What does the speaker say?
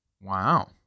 Wow